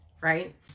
right